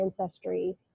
ancestry